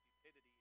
stupidity